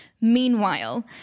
Meanwhile